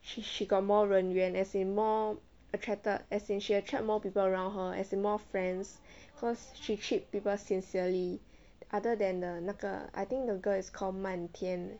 she she got more 人缘 as in more attracted as in she attract more people around her as in more friends cause she treat people sincerely other than the 那个 I think the girl is call 漫天